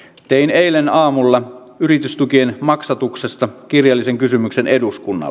mä tein eilen aamulla yritystukien maksatuksesta kirjallisen kysymyksen eduskunnan